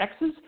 Xs